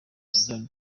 zion